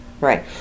right